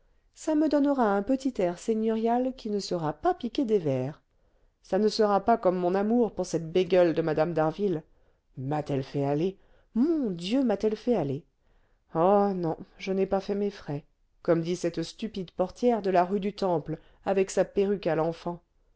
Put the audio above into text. ça me donnera un petit air seigneurial qui ne sera pas piqué des vers ça ne sera pas comme mon amour pour cette bégueule de mme d'harville m'a-t-elle fait aller mon dieu m'a-t-elle fait aller oh non je n'ai pas fait mes frais comme dit cette stupide portière de la rue du temple avec sa perruque à l'enfant